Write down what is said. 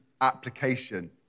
application